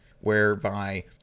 whereby